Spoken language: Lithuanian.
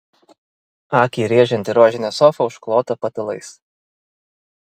akį rėžianti rožinė sofa užklota patalais